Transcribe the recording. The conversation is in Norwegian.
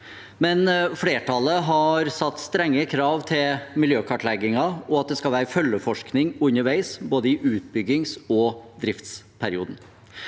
men flertallet har satt strenge krav til miljøkartleggingen og at det skal være følgeforskning underveis, både i utbyggings- og i driftsperioden.